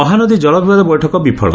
ମହାନଦୀ ଜଳ ବିବାଦ ବୈଠକ ବିଫଳ